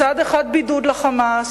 מצד אחד בידוד ל"חמאס",